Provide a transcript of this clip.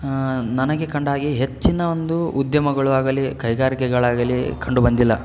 ನನಗೆ ಕಂಡ ಹಾಗೆ ಹೆಚ್ಚಿನ ಒಂದು ಉದ್ಯಮಗಳು ಆಗಲಿ ಕೈಗಾರಿಕೆಗಳಾಗಲಿ ಕಂಡು ಬಂದಿಲ್ಲ